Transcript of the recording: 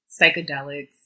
psychedelics